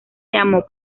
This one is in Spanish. llamó